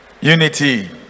Unity